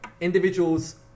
individuals